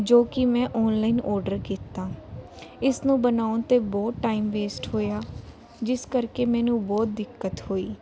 ਜੋ ਕਿ ਮੈਂ ਔਨਲਾਈਨ ਓਡਰ ਕੀਤਾ ਇਸ ਨੂੰ ਬਣਾਉਣ 'ਤੇ ਬਹੁਤ ਟਾਈਮ ਵੇਸਟ ਹੋਇਆ ਜਿਸ ਕਰਕੇ ਮੈਨੂੰ ਬਹੁਤ ਦਿੱਕਤ ਹੋਈ